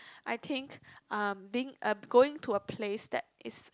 I think um being uh going to a place that is